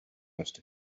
must